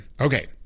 okay